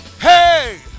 hey